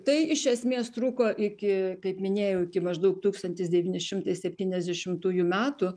tai iš esmės truko iki kaip minėjau iki maždaug tūkstantis devyni šimtai septyniasdešimtųjų metų